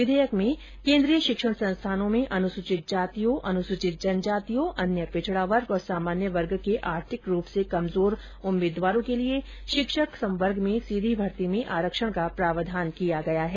विधेयक में केंद्रीय शिक्षण संस्थानों में अनुसूचित जातियों अनुसूचित जनजातियों अन्य पिछड़ा वर्ग तथा सामान्य वर्ग के आर्थिक रूप से कमजोर उम्मीदवारों के लिए शिक्षक संवर्ग में सीधी भर्ती में आरक्षण का प्रावधान किया गया है